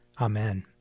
Amen